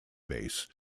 base